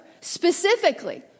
Specifically